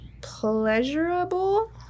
pleasurable